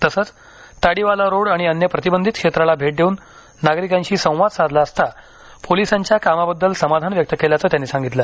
तसंच ताडीवाला रोड आणि अन्य प्रतिबंधित क्षेत्राला भेट देव्रन नागरिकांशी संवाद साधला असता पोलिसांच्या कामाबद्दल समाधान व्यक्त केल्याचे त्यांनी सांगितलं